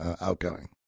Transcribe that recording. outgoing